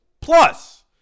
Plus